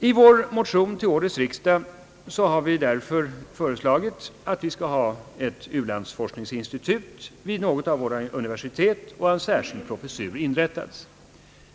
I vår motion till årets riksdag har vi därför föreslagit att ett u-landsforskningsinstitut skall inrättas vid något av våra universitet liksom en särskild professur.